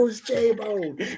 J-Bone